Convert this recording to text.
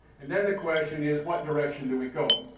and then the question is what direction do we go.